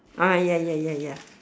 ah ya ya ya ya